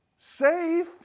Safe